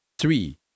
Three